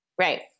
Right